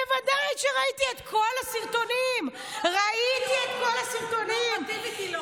בוודאי שראיתי את כל הסרטונים, נורמטיבית היא לא.